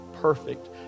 perfect